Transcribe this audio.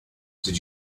did